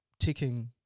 Ticking